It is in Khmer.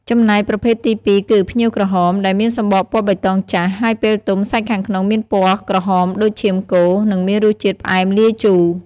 ចំណែកប្រភេទទីពីរគឺ ផ្ញៀវក្រហម ដែលមានសំបកពណ៌បៃតងចាស់ ហើយពេលទុំសាច់ខាងក្នុងមានពណ៌ក្រហមដូចឈាមគោ និងមានរសជាតិផ្អែមលាយជូរ។